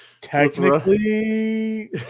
Technically